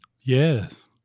Yes